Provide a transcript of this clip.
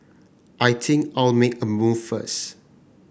I think I'll make a move first